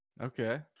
Okay